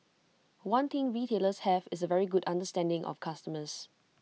one thing retailers have is A very good understanding of customers